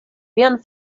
vian